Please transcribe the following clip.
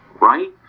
right